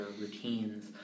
routines